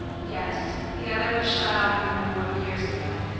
yes, the other was shot off in the war years ago.